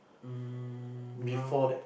round